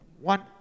one